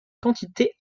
quantité